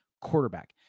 quarterback